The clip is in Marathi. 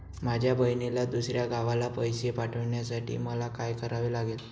माझ्या बहिणीला दुसऱ्या गावाला पैसे पाठवण्यासाठी मला काय करावे लागेल?